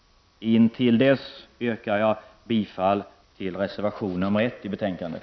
Intill dess yrkar jag bifall till reservation nr 1 i betänkandet.